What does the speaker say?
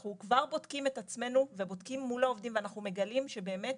שאנחנו כבר בודקים את עצמנו ובודקים מול העובדים ואנחנו מגלים שעד